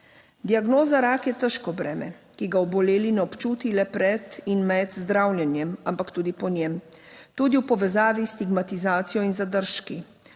Diagnoza: rak je težko breme, ki ga oboleli ne občuti le pred in med zdravljenjem, ampak tudi po njem, tudi v povezavi s stigmatizacijo in zadržki.